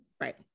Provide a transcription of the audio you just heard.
Right